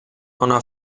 ona